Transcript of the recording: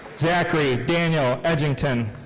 zachary daniel edgington.